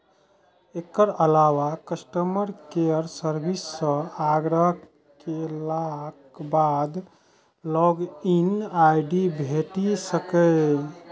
एकर अलावा customer care service सं आग्रह केलाक बाद लॉग इन आई.डी भेटि सकैए